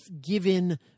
given